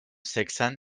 seksen